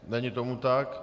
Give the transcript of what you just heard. Není tomu tak.